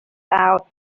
out